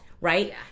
right